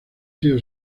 sido